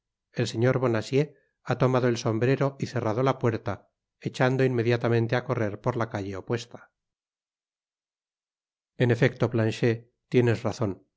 el señor bonacieux ha tomado el sombrero y cerrado la puerta echando inmediatamente á correr por la calle opuesta en efecto planchet tienes razon